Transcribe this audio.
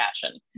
fashion